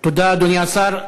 תודה, אדוני השר.